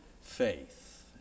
faith